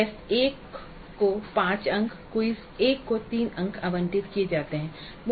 test 1 को 5 अंक और क्विज़ 1 को 3 अंक आवंटित किए जाते हैं